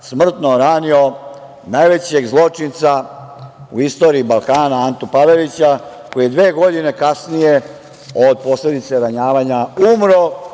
smrtno ranio najvećeg zločinca u istoriji Balkana, Antu Pavelića, koji je dve godine kasnije od posledica ranjavanja umro